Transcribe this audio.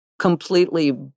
completely